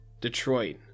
Detroit